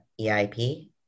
EIP